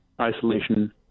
isolation